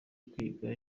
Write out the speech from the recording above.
kwiga